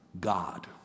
God